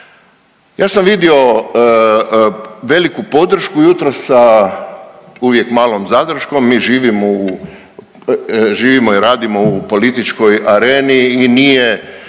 Ja sam vidio veliku podršku jutros sa uvijek malom zadrškom. Mi živimo i radimo u političkoj areni i nije,